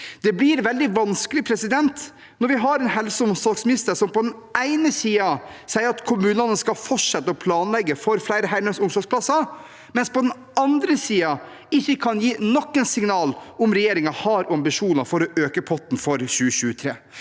Det blir veldig vanskelig når vi har en helse- og omsorgsminister som på den ene siden sier at kommunene skal fortsette å planlegge for flere heldøgns omsorgsplasser, mens på den andre siden ikke kan gi noe signal om hvorvidt regjeringen har ambisjoner for å øke potten for 2023.